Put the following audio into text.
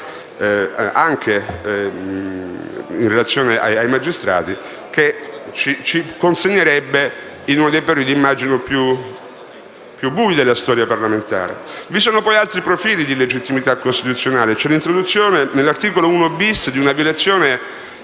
di giustizia e di magistrati, e che ci consegnerebbe uno dei periodi più bui della storia parlamentare. Vi sono poi altri profili di illegittimità costituzionale, come l'introduzione, nell'articolo 1-*bis*, di una violazione